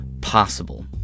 possible